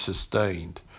sustained